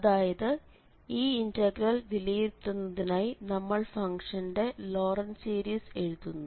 അതായത് ഈ ഇന്റഗ്രൽ വിലയിരുത്തുന്നതിനായി നമ്മൾ ഫംഗ്ഷന്റെ ലോറന്റ് സീരിസ് എഴുതുന്നു